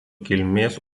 kilmės